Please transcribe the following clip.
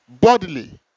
bodily